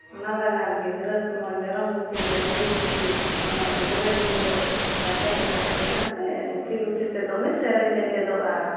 ᱚᱱᱟ ᱞᱟᱹᱜᱤᱫ ᱜᱤᱫᱽᱨᱟᱹ ᱥᱚᱢᱚᱭ ᱢᱮᱨᱚᱢ ᱜᱩᱯᱤ ᱰᱟᱝᱨᱤ ᱜᱩᱯᱤ ᱥᱚᱢᱚᱭ ᱜᱤᱫᱽᱨᱟᱹ ᱜᱤᱫᱽᱨᱟᱹ ᱜᱟᱛᱮ ᱞᱮ ᱛᱟᱦᱮᱸ ᱞᱮᱱᱟ ᱥᱮ ᱜᱩᱯᱤ ᱜᱩᱯᱤᱛᱮ ᱫᱚᱢᱮ ᱥᱮᱨᱮᱧ ᱞᱮ ᱪᱮᱫᱚᱜᱼᱟ